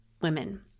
women